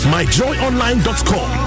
MyJoyOnline.com